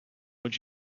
would